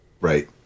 Right